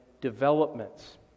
developments